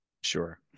Sure